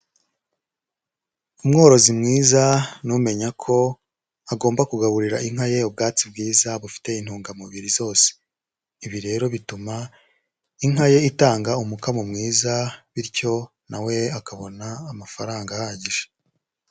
Umworozi mwiza ni umenya ko agomba kugaburira inka ye ubwatsi bwiza bufite intungamubiri zose, ibi rero bituma inka ye itanga umukamo mwiza, bityo na we akabona amafaranga ahagije.